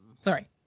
Sorry